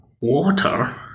water